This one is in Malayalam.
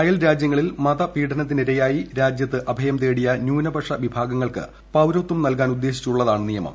അയൽ രാജ്യങ്ങളിൽ മതപീഡനത്തിനിരയായി രാജ്യത്ത് അഭയം തേടിയ ന്യൂനപക്ഷ വിഭാഗങ്ങൾക്ക് പൌരത്വം നൽകാനുദ്ദേശിച്ചുള്ളതാണ് നിയമം